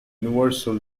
universal